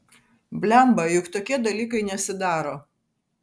blemba juk tokie dalykai nesidaro